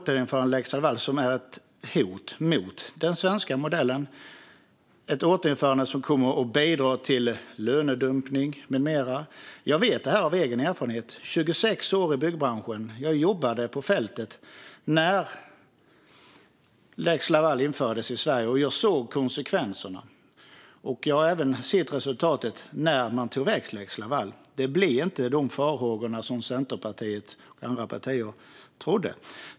Lex Laval är ett hot mot den svenska modellen. Ett återinförande kommer att bidra till lönedumpning med mera. Jag vet det av egen erfarenhet efter 26 år i byggbranschen. Jag jobbade på fältet när lex Laval infördes i Sverige och såg konsekvenserna. Jag har också sett resultatet av att man tog bort lex Laval. Det blev inte som Centerpartiet och andra partier befarade.